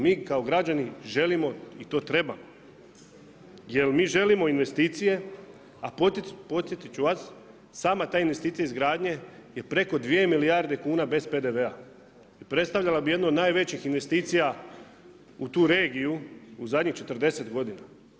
Mi kao građani želimo i to trebamo jer mi želimo investicije a podsjetit ću vas, sama ta investicija izgradnje je preko 2 milijarde kuna bez PDV-a. i predstavljala bi jednu od najvećih investicija u tu regiju u zadnjih 40 godina.